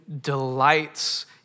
delights